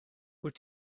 wyt